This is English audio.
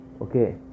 Okay